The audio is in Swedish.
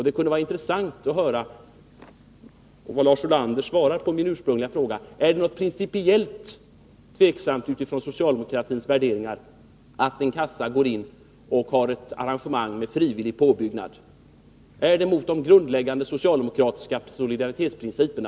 Det kunde vara intressant att höra vad Lars Ulander svarar på min ursprungliga fråga: Är det något principiellt tveksamt utifrån socialdemokratins värderingar, att en kassa har ett arrangemang med frivillig utbyggnad? Är det mot de grundläggande socialdemokratiska solidaritetsprinciperna?